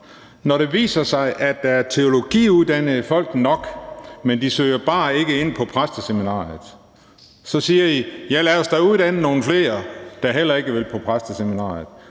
Når det viser sig, at der er teologiuddannede folk nok, men at de bare ikke søger ind på præsteseminariet, så siger I: Ja, lad os da uddanne nogle flere, der heller ikke vil på præsteseminariet.